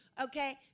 Okay